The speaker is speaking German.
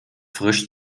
frisch